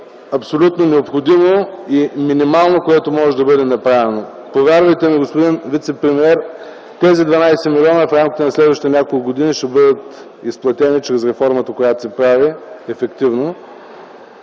абсолютно необходимо и минимално, което може да бъде направено. Повярвайте ми, господин вицепремиер, тези 12 милиона в рамките на следващите няколко години ще бъдат изплатени чрез реформата, която се прави, ефективно.